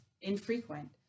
infrequent